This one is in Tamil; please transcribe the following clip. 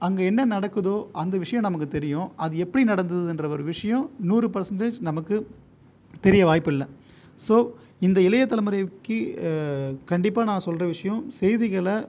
அங்கே என்ன நடக்குதோ அந்த விஷயம் நமக்கு தெரியும் அது எப்படி நடந்ததுங்றது ஒரு விஷயம் நூறு பெர்சன்ட்டேஜ் நமக்கு தெரிய வாய்ப்பு இல்லை ஸோ இந்த இளைய தலைமுறைக்கு கண்டிப்பாக நான் சொல்கிற விஷயம் செய்திகளை